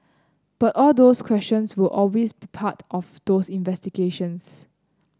but all those questions will always be part of those investigations